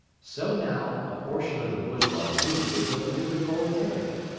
so now a portion of the bourgeoisie goes over to the proletariat,